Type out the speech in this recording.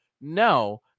No